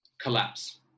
collapse